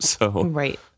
Right